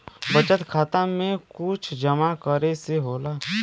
बचत खाता मे कुछ जमा करे से होला?